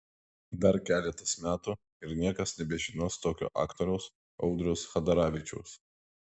dar keletas metų ir niekas nebežinos tokio aktoriaus audriaus chadaravičiaus